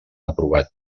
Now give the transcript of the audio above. aprovat